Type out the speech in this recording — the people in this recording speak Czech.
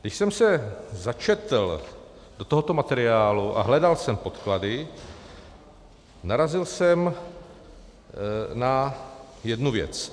Když jsem se začetl do tohoto materiálu a hledal jsem podklady, narazil jsem na jednu věc.